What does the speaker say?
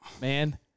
man